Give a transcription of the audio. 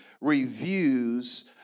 reviews